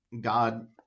God